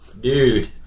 dude